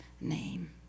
name